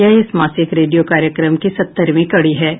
यह इस मासिक रेडियो कार्यक्रम की सत्तरवीं कड़ी होगी